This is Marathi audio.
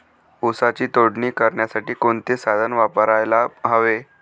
ऊसाची तोडणी करण्यासाठी कोणते साधन वापरायला हवे?